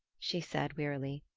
she said wearily.